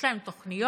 יש להם תוכניות,